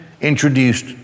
introduced